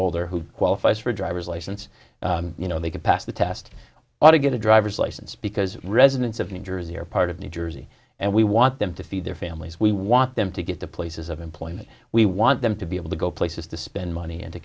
older who qualifies for a driver's license you know they can pass the test ought to get a driver's license because residents of new jersey are part of new jersey and we want them to feed their families we want them to get to places of employment we want them to be able to go places to spend money